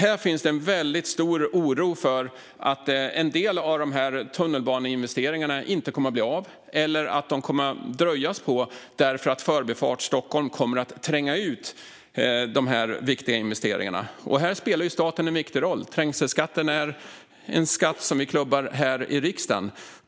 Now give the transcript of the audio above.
Här finns en väldigt stor oro för att en del av de tunnelbaneinvesteringarna inte kommer att bli av eller fördröjas därför att Förbifart Stockholm kommer att tränga ut de här viktiga investeringarna. Här spelar staten en viktig roll. Trängselskatten är en skatt som vi klubbar här i riksdagen.